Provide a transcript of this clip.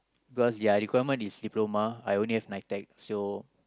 because ya requirement is diploma I only have N_I_T_E_C so